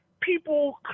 people